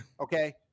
okay